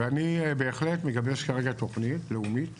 אני בהחלט מגבש כרגע תוכנית לאומית